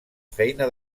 feina